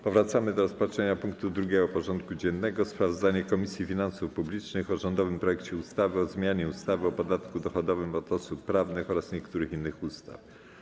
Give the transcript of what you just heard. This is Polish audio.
Powracamy do rozpatrzenia punktu 2. porządku dziennego: Sprawozdanie Komisji Finansów Publicznych o rządowym projekcie ustawy o zmianie ustawy o podatku dochodowym od osób prawnych oraz niektórych innych ustaw.